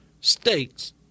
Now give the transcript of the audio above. states